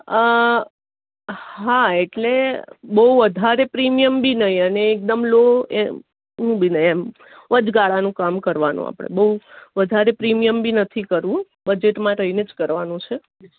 અ હા એટલે બહુ વધારે પ્રીમિયમ બી નહીં અને એકદમ લો એ મ બી નહીં એમ વચ્ચગાળાનું કામ કરવાનું આપણે બહુ વધારે પ્રીમિયમ બી નથી કરવું બજેટમાં રહી ને જ કરવાનું છે